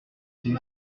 six